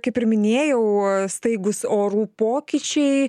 kaip ir minėjau staigūs orų pokyčiai